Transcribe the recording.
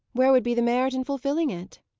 where would be the merit in fulfilling it?